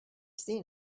seen